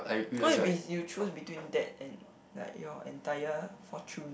what if is you choose between that and like your entire fortune